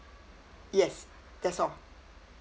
yes that's all